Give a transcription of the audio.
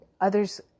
others